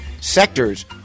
sectors